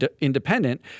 independent